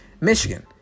Michigan